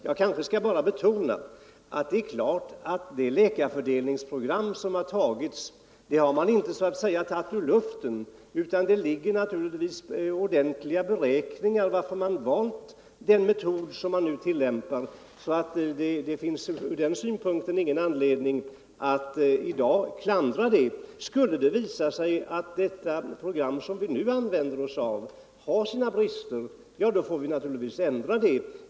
Jag kanske skall betona att det läkarfördelningsprogram som antagits har man inte gripit ur luften, utan det ligger naturligtvis ordentliga beräkningar till grund för att man valt den metod som nu tillämpas. Ur denna synpunkt finns det alltså ingen anledning att i dag framföra klander. Skulle det visa sig att det program som vi nu bygger på har sina brister får vi naturligtvis rätta till det.